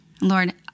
Lord